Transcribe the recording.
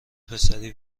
پسری